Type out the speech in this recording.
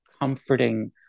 comforting